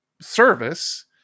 service